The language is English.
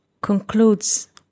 concludes